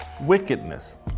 wickedness